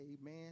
Amen